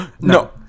No